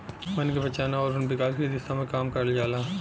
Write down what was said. बन के बचाना आउर वन विकास के दिशा में काम करल जाला